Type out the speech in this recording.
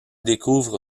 découvre